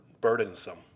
burdensome